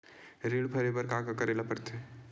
ऋण भरे बर का का करे ला परथे?